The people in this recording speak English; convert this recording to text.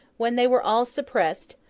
when they were all suppressed,